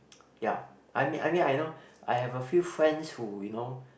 ya I mean I mean I know I have a few friends who you know